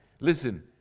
Listen